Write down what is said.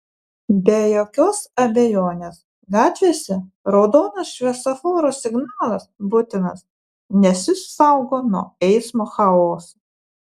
be jokios abejonės gatvėse raudonas šviesoforo signalas būtinas nes jis saugo nuo eismo chaoso